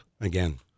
again